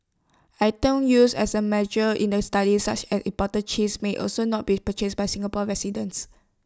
items used as A measure in the study such as imported cheese may also not be purchased by Singapore residents